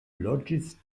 loĝis